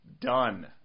Done